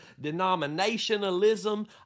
denominationalism